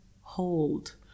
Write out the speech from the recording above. hold